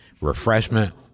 refreshment